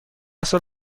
سال